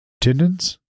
tendons